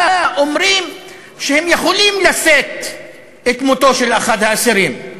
אומרים שהם יכולים לשאת את מותו של אחד האסירים,